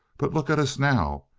but look at us now.